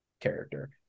character